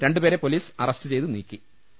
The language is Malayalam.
രണ്ടു പേരെ പൊലീസ് അറസ്റ്റു ചെയ്തു നീക്കീ